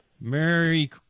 Merry